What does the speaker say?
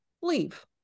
leave